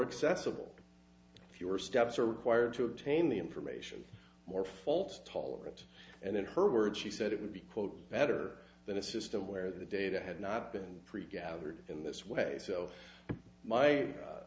accessible if your steps were required to obtain the information more fault tolerant and in her words she said it would be quote better than a system where the data had not been pretty gathered in this way so my